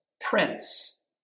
Prince